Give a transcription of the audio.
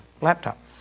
laptop